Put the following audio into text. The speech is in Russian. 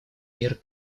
мир